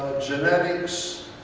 genetics